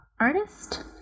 artist